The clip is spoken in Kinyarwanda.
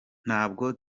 ntabwo